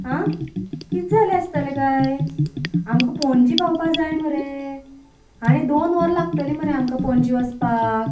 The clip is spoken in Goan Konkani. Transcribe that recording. आं कितें जालें आसतले कांय आमकां पणजे पावपाक जाय मरे आनी दोन वरां लागतली मरे आमकां पणजे वचपाक